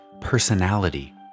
personality